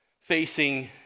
facing